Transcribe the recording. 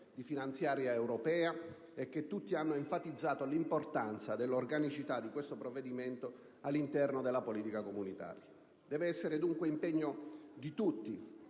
di finanziaria europea e che tutti hanno enfatizzato l'importanza dell'organicità di questo provvedimento all'interno della politica comunitaria. Deve essere dunque impegno di tutti